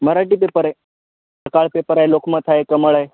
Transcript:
Marathi paper आहे Sakal paper आहे लोकमत आहे कमळ आहे